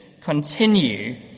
Continue